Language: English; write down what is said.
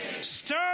stir